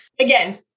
again